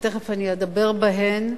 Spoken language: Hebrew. שתיכף אדבר בהן,